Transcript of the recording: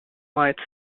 might